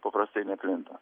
paprastai neplinta